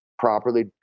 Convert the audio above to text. properly